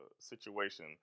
situation